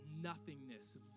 Nothingness